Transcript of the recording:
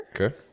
Okay